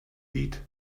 beat